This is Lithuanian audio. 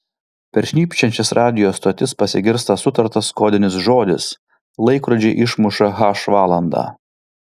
per šnypščiančias radijo stotis pasigirsta sutartas kodinis žodis laikrodžiai išmuša h valandą